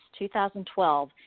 2012